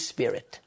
Spirit